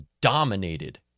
dominated